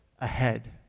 Ahead